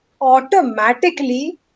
automatically